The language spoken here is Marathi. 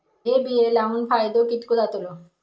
हे बिये लाऊन फायदो कितको जातलो?